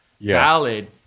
valid